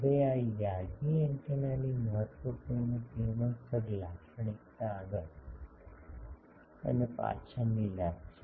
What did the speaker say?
હવે આ યાગી એન્ટેનાની મહત્વપૂર્ણ કિરણોત્સર્ગ લાક્ષણિકતા આગળ અને પાછળની લાભ છે